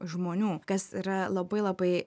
žmonių kas yra labai labai